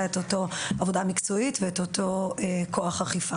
את אותה עבודה מקצועית ואת אותו כוח אכיפה,